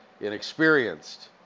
inexperienced